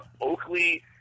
Oakley